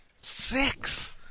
Six